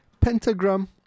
Pentagram